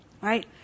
Right